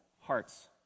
hearts